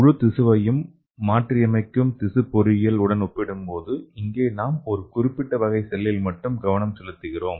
முழு திசுவையும் மாற்றியமைக்கும் திசு பொறியியல் உடன் ஒப்பிடும்போது இங்கே நாம் ஒரு குறிப்பிட்ட வகை செல்லில் மட்டும் கவனம் செலுத்துகிறோம்